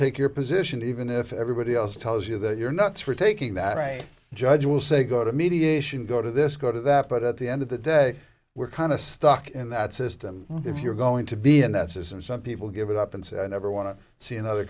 take your position even if everybody else tells you that you're nuts for taking that or a judge will say go to mediation go to this go to that but at the end of the day we're kind of stuck in that system if you're going to be in that system some people give it up and never want to see another